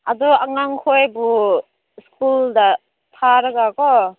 ꯑꯗꯨ ꯑꯉꯥꯡ ꯈꯣꯏꯕꯨ ꯁ꯭ꯀꯨꯜꯗ ꯊꯥꯔꯒ ꯀꯣ